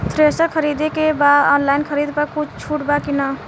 Thresher खरीदे के बा ऑनलाइन खरीद पर कुछ छूट बा कि न?